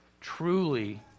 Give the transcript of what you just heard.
Truly